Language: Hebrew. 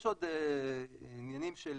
יש עוד עניינים של